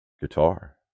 guitar